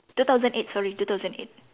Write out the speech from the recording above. two thousand eight sorry two thousand eight